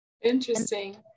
interesting